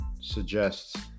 suggests